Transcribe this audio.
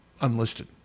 unlisted